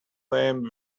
lamb